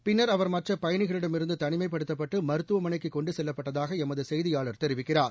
பின்னர் அவர் மற்ற பயணிகளிடம் இருந்து தனிமைப்படுத்தப்பட்டு மருத்துவமனைக்கு கொண்டு செல்லப்பட்டதாக எமது செய்தியாளர் தெரிவிக்கிறார்